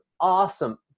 awesome